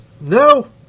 No